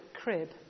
crib